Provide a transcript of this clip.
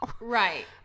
Right